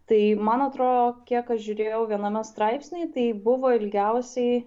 tai man atrodo kiek aš žiūrėjau viename straipsny tai buvo ilgiausiai